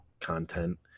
content